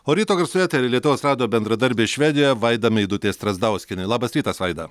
o ryto garsų eteryje lietuvos radijo bendradarbė švedijoje vaida meidutė strazdauskienė labas rytas vaida